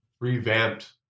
revamped